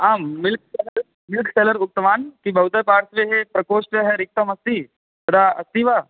आम् milk seller milk seller उक्तवान् कि भवतः पार्श्वे प्रकोष्ठः रिक्तम् अस्ति तदा अस्ति वा